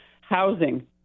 housing